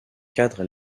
cadre